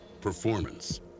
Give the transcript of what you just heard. performance